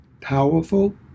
powerful